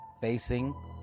Facing